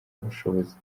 bushobozi